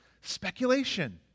speculation